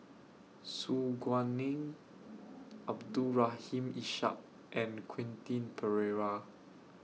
Su Guaning Abdul Rahim Ishak and Quentin Pereira